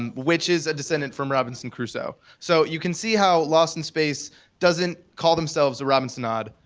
and which is a descendant from robinson crusoe. so you can see how lawson space doesn't call themselves a robinsonade.